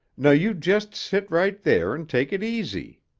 now you just sit right there and take it easy.